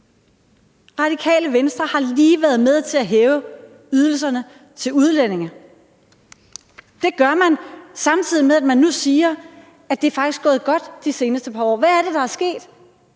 Radikale Venstre har lige været med til at hæve ydelserne til udlændinge. Det gør man, samtidig med at man nu siger, at det faktisk er gået godt det seneste par år. Hvad er det, der er sket?